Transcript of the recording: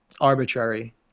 arbitrary